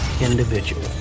individual